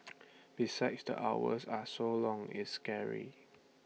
besides the hours are so long it's scary